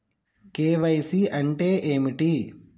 KYC అంటే ఏమిటి?